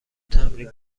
تمرین